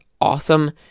awesome